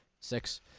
Six